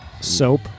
Soap